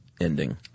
ending